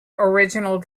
original